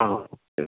ആ ഓക്കെ